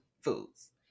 foods